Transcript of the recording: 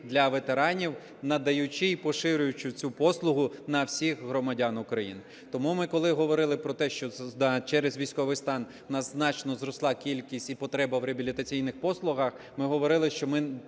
для ветеранів, надаючи і поширюючи цю послугу на всіх громадян України. Тому ми, коли говорили про те, що через військовий стан у нас значно зросла кількість і потреба в реабілітаційних послугах, ми говорили, що ми